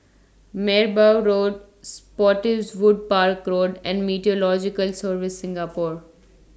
Merbau Road Spottiswoode Park Road and Meteorological Services Singapore